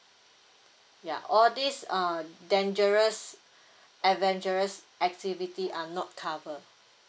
ya all this err dangerous adventurous activity are not cover